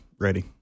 ready